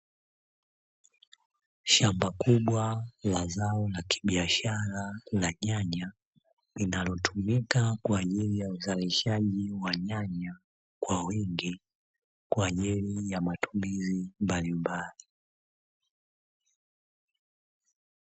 Shamba kubwa la zao la kibiashara la nyanya linalotumika kwa ajili ya uzalishaji wa nyanya kwa wingi kwa ajili ya matumizi mbalimbali.